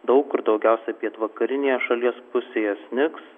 daug kur daugiausiai pietvakarinėje šalies pusėje snigs